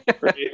Right